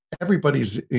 everybody's